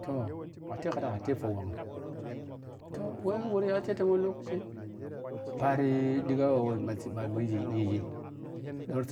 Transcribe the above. Toh a tep kizi ka tep phowhang toh we wo rya kete gho wani lokaci paari digha wo we siibamu meng iyi brang